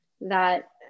that-